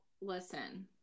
listen